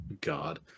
God